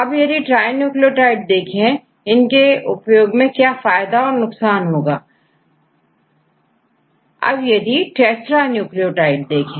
अब यदि टेट्रान्यूक्लियोटाइड देखें